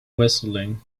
whistling